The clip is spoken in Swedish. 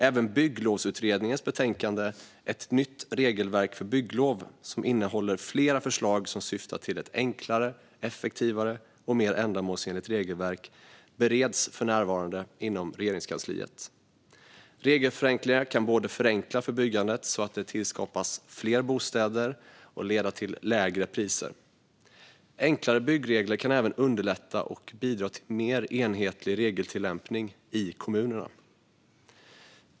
Även Bygglovsutredningens betänkande Ett nytt regelverk för bygglov , som innehåller flera förslag som syftar till ett enklare, effektivare och mer ändamålsenligt regelverk, bereds för närvarande inom Regeringskansliet. Regelförenklingar kan både förenkla för byggandet, så att det tillskapas fler bostäder, och leda till lägre priser. Enklare byggregler kan även underlätta och bidra till en mer enhetlig regeltillämpning i kommunerna.